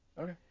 Okay